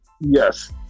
yes